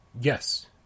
Yes